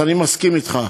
אז אני מסכים אתך,